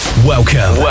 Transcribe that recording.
welcome